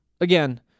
again